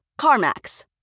CarMax